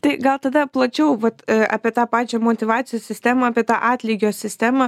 tai gal tada plačiau vat apie tą pačią motyvacijų sistemą apie tą atlygio sistemą